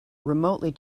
remotely